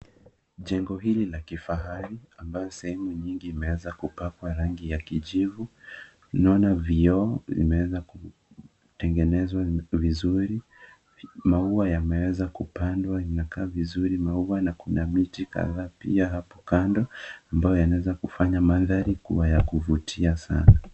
Jengo hili la kifahari ambalo sehemu nyingi imeweza kupakwa rangi ya kijivu, ninaona vioo vimeweza kutengenezwa vizuri, maua yamewezwa kupandwa, Inakaa vizuri na kuna miti kadhaa pia hapo kando ambayo yanweza fanya mandhari kuwa ya kuvutia sana.